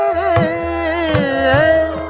a